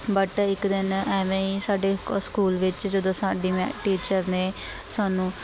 but ਇੱਕ ਦਿਨ ਐਵੇਂ ਹੀ ਸਾਡੇ ਕ ਸਕੂਲ ਵਿੱਚ ਜਦੋਂ ਸਾਡੀ ਮੈ ਟੀਚਰ ਨੇ ਸਾਨੂੰ